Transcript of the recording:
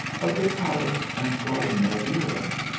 of the palace and garden of irem,